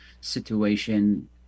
situation